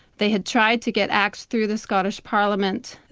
they had tried to get acts through the scottish parliament,